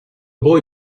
boy